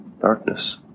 darkness